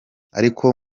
ariko